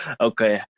okay